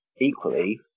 Equally